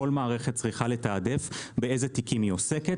כל מערכת צריכה לתעדף באיזה תיקים היא עוסקת